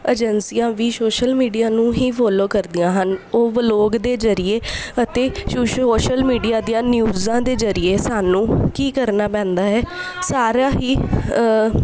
ਏਜੰਸੀਆਂ ਵੀ social media ਨੂੰ ਹੀ ਫੋਲੋ ਕਰਦੀਆਂ ਹਨ ਉਹ ਵਲੋਗ ਦੇ ਜ਼ਰੀਏ ਅਤੇ ਸੋਸ਼ਲ ਮੀਡੀਆ ਦੀਆਂ ਨਿਊਜ਼ਾਂ ਦੇ ਜ਼ਰੀਏ ਸਾਨੂੰ ਕੀ ਕਰਨਾ ਪੈਂਦਾ ਹੈ ਸਾਰਾ ਹੀ